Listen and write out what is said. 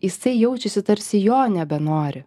jisai jaučiasi tarsi jo nebenori